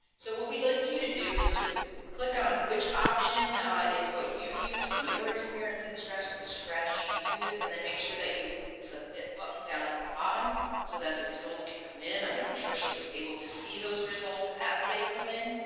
so what we'd like you to do is just click on which option is what you use when you're experiencing stress which strategy do you use and then make sure that you hit that submit button down at the bottom so that the results can come in i know trish is able to see those results as they come in.